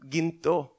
Ginto